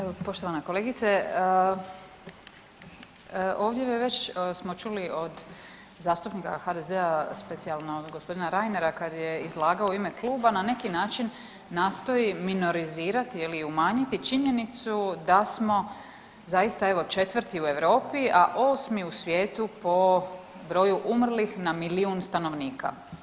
Evo poštovana kolegice, ovdje već smo čuli od zastupnika HDZ-a, specijalno g. Reinera kad je izlagao u ime kluba, na neki način nastoji minozirati, je li, i umanjiti činjenicu da smo zaista evo, 4. u Europi, a 8. u svijetu po broju umrlih na milijun stanovnika.